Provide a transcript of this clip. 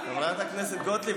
חברת הכנסת גוטליב,